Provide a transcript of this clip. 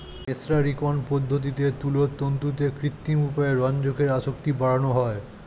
মের্সারিকরন পদ্ধতিতে তুলোর তন্তুতে কৃত্রিম উপায়ে রঞ্জকের আসক্তি বাড়ানো হয়